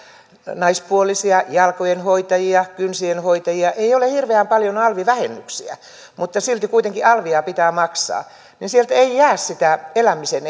naispuolisia jalkojenhoitajia kynsienhoitajia joilla ei ole hirveän paljon alvivähennyksiä mutta silti kuitenkin alvia pitää maksaa ja sieltä ei jää sitä mikä olisi elämisen